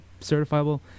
certifiable